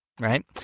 Right